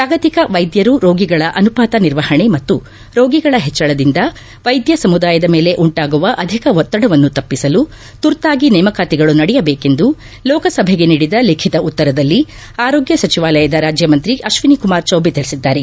ಜಾಗತಿಕ ವೈದ್ಯರು ರೋಗಿಗಳ ಅನುಪಾತ ನಿರ್ವಹಣೆ ಮತ್ತು ರೋಗಿಗಳ ಹೆಚ್ಚಳದಿಂದ ವೈದ್ಯ ಸಮುದಾಯದ ಮೇಲೆ ಉಂಟಾಗುವ ಅಧಿಕ ಒತ್ತಡವನ್ನು ತಪ್ಪಿಸಲು ತುರ್ತಾಗಿ ನೇಮಕಾತಿಗಳು ನಡೆಯಬೇಕೆಂದು ಲೋಕಸಭೆಗೆ ನೀಡಿದ ಲಿಖಿತ ಉತ್ತರದಲ್ಲಿ ಆರೋಗ್ಯ ಸಚವಾಲಯದ ರಾಜ್ಯಮಂತ್ರಿ ಅಶ್ವಿನಿ ಕುಮಾರ್ ಚೌಬೆ ತಿಳಿಸಿದ್ದಾರೆ